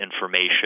information